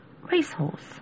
racehorse